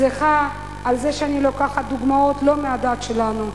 סליחה שאני לוקחת דוגמאות לא מהדת שלנו,